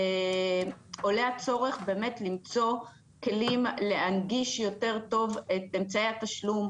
עולה הצורך באמת למצוא כלים להנגיש יותר טוב את אמצעי התשלום,